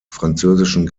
französischen